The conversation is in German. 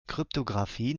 kryptographie